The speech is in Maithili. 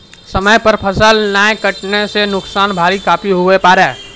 समय पर फसल नाय कटला सॅ त नुकसान भी काफी हुए पारै